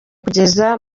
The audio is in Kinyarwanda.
kugeza